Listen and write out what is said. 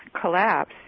collapse